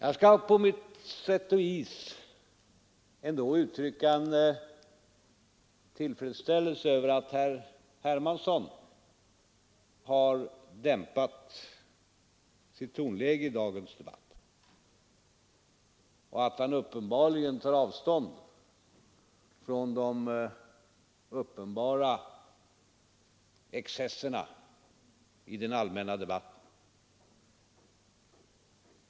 Nu skall jag emellertid ändå på sätt och vis uttrycka min tillfredsställelse över att herr Hermansson har dämpat sitt tonläge i dagens debatt och att han tydligen tar avstånd från de uppenbara excesserna i den allmänna debatten.